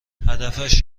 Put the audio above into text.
هدفش